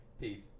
Peace